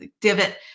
divot